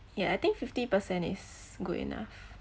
yeah I think fifty percent is good enough